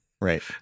Right